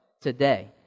today